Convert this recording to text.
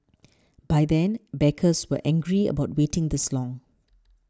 by then backers were angry about waiting this long